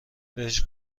بهش